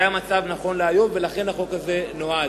זה המצב, נכון להיום, ולכך החוק הזה נועד.